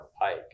pike